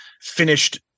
finished